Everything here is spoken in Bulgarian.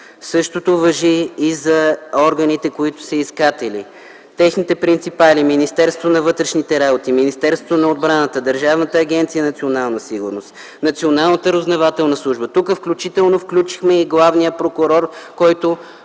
Същото важи и за органите, които са искатели. Техните принципали - Министерството на вътрешните работи, Министерството на отбраната, Държавната агенция „Национална сигурност”, Националната разузнавателна служба, включително и главният прокурор, който